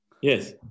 yes